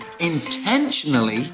intentionally